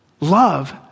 Love